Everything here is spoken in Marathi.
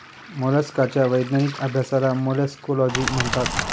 मोलस्काच्या वैज्ञानिक अभ्यासाला मोलॅस्कोलॉजी म्हणतात